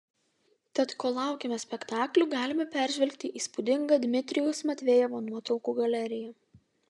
tad kol laukiame spektaklių galime peržvelgti įspūdingą dmitrijaus matvejevo nuotraukų galeriją